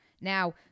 Now